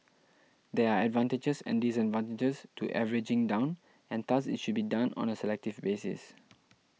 there are advantages and disadvantages to averaging down and thus it should be done on a selective basis